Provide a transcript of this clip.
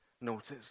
Notice